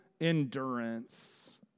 endurance